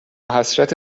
حسرت